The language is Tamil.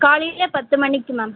காலையில் பத்து மணிக்கு மேம்